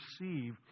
receive